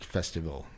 Festival